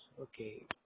Okay